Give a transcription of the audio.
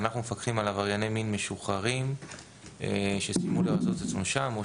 אנחנו מפקחים על עברייני מין משוחררים שסיימו לרצות את עונשם או